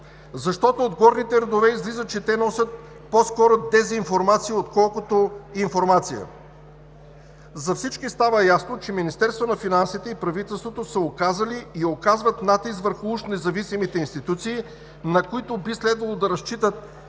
Защото от горните редове излиза, че те носят по-скоро дезинформация, отколкото информация. За всички става ясно, че Министерството на финансите и правителството са оказали и оказват натиск върху уж независимите институции, на които би следвало да разчитат